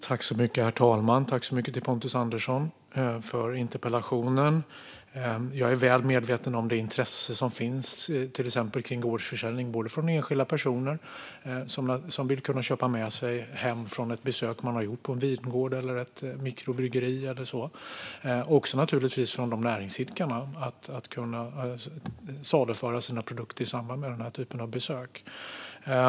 Herr talman! Tack så mycket till Pontus Andersson för interpellationen! Jag är väl medveten om det intresse som finns till exempel kring gårdsförsäljning både från enskilda personer som vill kunna köpa med sig hem från ett besök på en vingård eller ett mikrobryggeri och naturligtvis också från de näringsidkarna att kunna saluföra sina produkter i samband med den typen av besök.